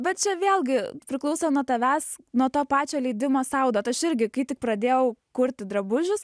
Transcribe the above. bet čia vėlgi priklauso nuo tavęs nuo to pačio leidimo saudot aš irgi kai tik pradėjau kurti drabužius